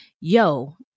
Yo